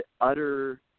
utter